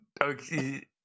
okay